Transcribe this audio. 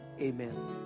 Amen